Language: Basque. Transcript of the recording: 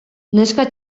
neska